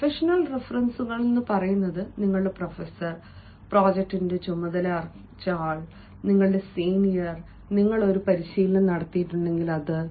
professional റഫറൻസുകൾ പറയുന്നത് നിങ്ങളുടെ പ്രൊഫസർ പ്രോജക്ടിന്റെ ചുമതല നിങ്ങളുടെ സീനിയർ നിങ്ങൾ ഒരു പരിശീലനം നടത്തിയത്